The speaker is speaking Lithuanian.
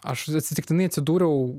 aš atsitiktinai atsidūriau